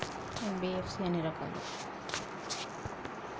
NBFC ఎన్ని రకాలు?